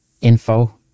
Info